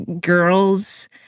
girls